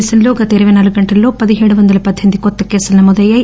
దేశంలో గత ఇరవై నాలుగు గంటల్లో పదిహేడు వందల పద్దెనిమిది కొత్త కేసులు నమోదయ్యాయి